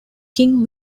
king